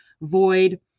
void